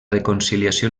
reconciliació